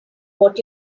what